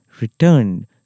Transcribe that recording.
returned